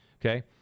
Okay